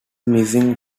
missing